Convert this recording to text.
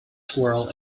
squirrel